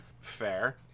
Fair